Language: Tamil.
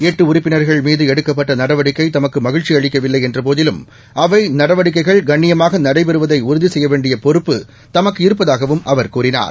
எட்டு உறுப்பினர்கள் மீது எடுக்கப்பட்ட நடவடிக்கை தமக்கு மகிழ்ச்சி அளிக்கவில்லை என்றபோதிலும் அவை நடவடிக்கைகள் கண்ணியமாக நடைபெறுவதை உறுதி செய்ய வேண்டிய பொறுப்பு தமக்கு இருப்பதாகவும் அவர் கூறினார்